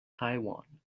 taiwan